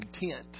intent